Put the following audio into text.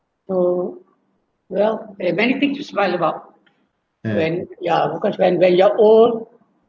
so well have many thing to smile about when ya because when when you are old